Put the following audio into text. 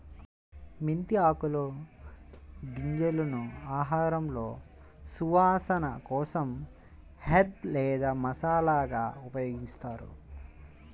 మెంతి ఆకులు, గింజలను ఆహారంలో సువాసన కోసం హెర్బ్ లేదా మసాలాగా ఉపయోగిస్తారు